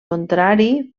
contrari